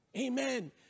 Amen